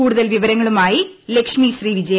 കൂടുതൽ വിവരങ്ങളുമായി ലക്ഷ്മി ശ്രീ വിജയ